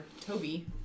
Toby